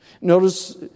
Notice